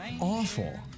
awful